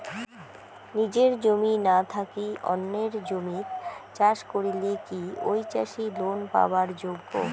নিজের জমি না থাকি অন্যের জমিত চাষ করিলে কি ঐ চাষী লোন পাবার যোগ্য?